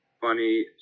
Funny